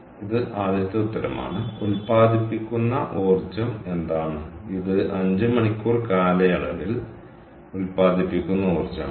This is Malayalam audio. ഇത് ആദ്യത്തെ ഉത്തരമാണ് ഉൽപ്പാദിപ്പിക്കുന്ന ഊർജ്ജം എന്താണ് ഇത് 5 മണിക്കൂർ കാലയളവിൽ ഉൽപ്പാദിപ്പിക്കുന്ന ഊർജ്ജമാണ്